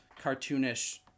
cartoonish